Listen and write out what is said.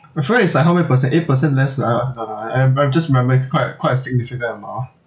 my friend is like how many percent eight percent less lah ah uh I am I just remember is quite quite a significant amount